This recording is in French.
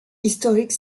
historic